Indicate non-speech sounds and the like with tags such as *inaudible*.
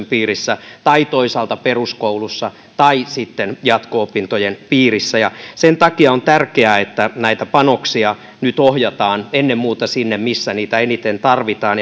*unintelligible* piirissä tai toisaalta peruskoulussa tai sitten jatko opintojen piirissä sen takia on tärkeää että näitä panoksia nyt ohjataan ennen muuta sinne missä niitä eniten tarvitaan *unintelligible*